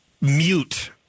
mute